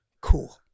cool